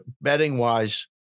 betting-wise